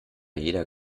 jeder